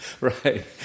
Right